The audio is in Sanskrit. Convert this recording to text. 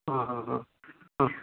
ह ह ह ह